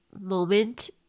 moment